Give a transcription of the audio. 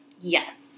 Yes